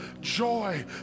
joy